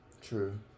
True